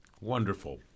Wonderful